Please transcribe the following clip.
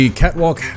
catwalk